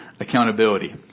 Accountability